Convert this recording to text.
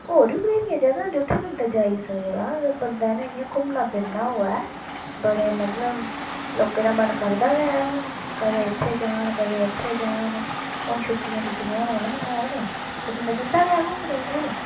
होर बी बत्थेरियां जगह् न जित्थें बंदा जाई सकदा अगर बंदे ने इयां घूमने फिरना होऐ बड़े मतलब लोकें दा मन करदा गै ऐ हून कदें इत्थें जान कदें उत्थें जान हून छुट्टियां छुट्टियां होन होन ते बन्दा जंदा गै घूमने गी हैनी